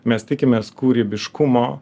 mes tikimės kūrybiškumo